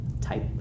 type